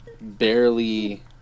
barely